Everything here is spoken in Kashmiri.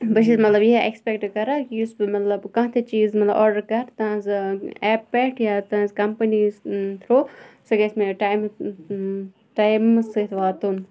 بہٕ چھَس مطلب یِہٕے اٮ۪کٕسپیکٹہٕ کَران کہِ یُس بہٕ مطلب کانٛہہ تہِ چیٖز مطلب آرڈَر کَرٕ تَہنٛز ایپہِ پٮ۪ٹھ یا تُہٕنٛز کَمپٔنی یُس تھرٛوٗ سُہ گژھِ مےٚ ٹایمہٕ ٹایمَس سۭتۍ واتُن